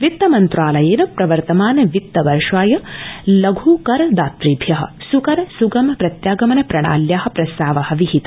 वित्तमन्त्रालयेन प्रर्वत्तमान वित्त वर्षाय लघ् कर दातृभ्य सुकर सुगम प्रत्यागमन प्रणाल्या प्रस्ताव विहित